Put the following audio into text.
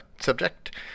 subject